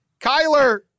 Kyler